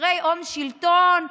קשרי הון-שלטון,